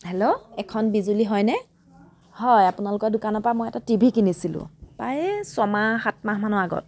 hello এইখন বিজুলী হয়নে হয় আপোনালোকৰ দোকানৰ পৰা মই এটা টি ভি কিনিছিলোঁ প্ৰায়ে ছমাহ সাত মাহমানৰ আগত